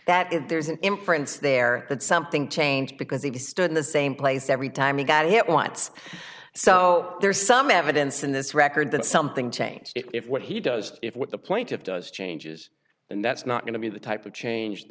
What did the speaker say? that if there's an inference there that something changed because he stood in the same place every time he got hit wants so there's some evidence in this record that something changed if what he does if what the plaintiff does changes and that's not going to be the type of change